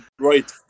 right